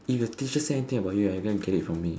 if the teacher say anything about you you're gonna get it from me